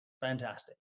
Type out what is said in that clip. fantastic